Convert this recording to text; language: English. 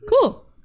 Cool